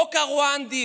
החוק הרואנדי,